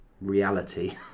reality